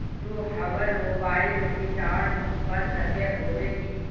तू हमर mobile recharge कर सके होबे की?